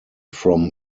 from